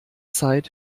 zeit